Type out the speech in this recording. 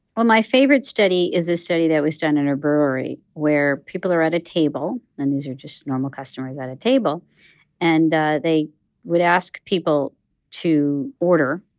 well, my favorite study is a study that was done in a brewery where people are at a table and these are just normal customers at a table and they would ask people to order.